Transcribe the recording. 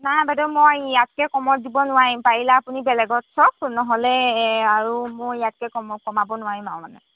নাই বাইদেউ মই ইয়াতকৈ কমত দিব নোৱাৰিম পাৰিলে আপুনি বেলেগত চাওক নহ'লে আৰু মই ইয়াতকৈ কম কমাব নোৱাৰিম আৰু মানে